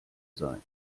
sein